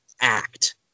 act